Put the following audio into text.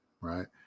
right